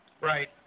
Right